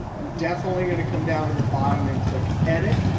i'm definitely going to come down to the bottom and click edit.